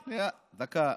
שנייה, דקה,